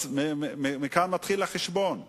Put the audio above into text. אז מכאן החשבון מתחיל.